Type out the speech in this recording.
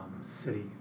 city